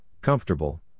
comfortable